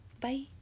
bye